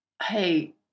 hey